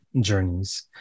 journeys